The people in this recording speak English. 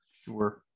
Sure